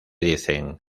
dicen